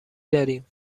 داریم